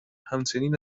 همچنین